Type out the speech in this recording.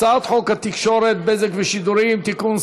הצעת חוק התקשורת (בזק ושידורים) (תיקון,